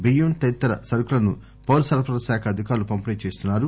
బియ్యం తదితర సరకులను పౌరసరఫరాల శాఖ అధికారులు పంపిణీ చేస్తున్నారు